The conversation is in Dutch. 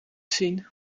zien